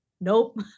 nope